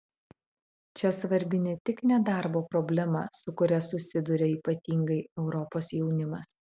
čia svarbi ne tik nedarbo problema su kuria susiduria ypatingai europos jaunimas